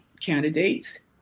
candidates